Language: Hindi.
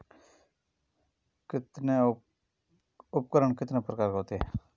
उपकरण कितने प्रकार के होते हैं?